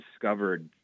discovered